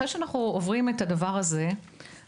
אחרי שאנחנו עוברים את השלב הזה אנחנו